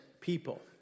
people